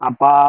Apa